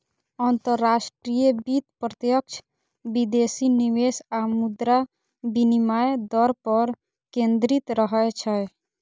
अंतरराष्ट्रीय वित्त प्रत्यक्ष विदेशी निवेश आ मुद्रा विनिमय दर पर केंद्रित रहै छै